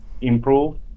improve